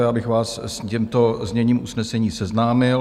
Já bych vás s tímto zněním usnesení seznámil.